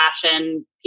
fashion